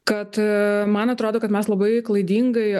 kad man atrodo kad mes labai klaidingai